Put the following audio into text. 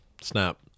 snap